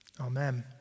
Amen